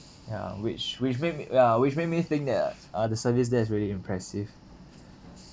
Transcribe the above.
ya which which make me ya which made me think that uh the service there is really impressive